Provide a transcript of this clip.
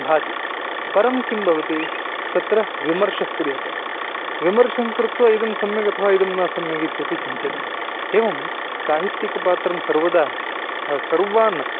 भाति परं किं भवति तत्र विमर्शः क्रियते विमर्शं कृत्वा इदं सम्यगथवा इदं न सम्यगित्यपि चिन्त्यते एवं साहित्यिकपात्रं सर्वदा सर्वान्